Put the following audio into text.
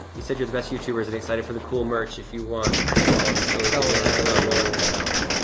he said, you're the best youtubers and excited for the cool merch, if you want to follow the silly videos. oh no. oh no, it cut out.